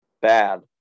bad